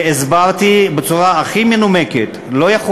והסברתי בצורה הכי מנומקת: לא יכול